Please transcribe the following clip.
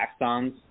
axons